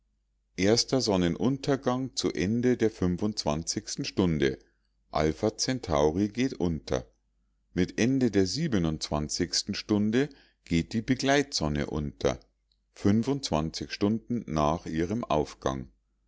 erster sonnenuntergang zu ende der stunde alpha centauri geht unter mit ende der stunde geht die begleitsonne unter stunden nach ihrem aufgang